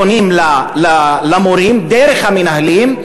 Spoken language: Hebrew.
פונים למורים דרך המנהלים,